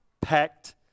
packed